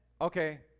Okay